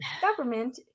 government